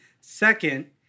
Second